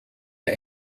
der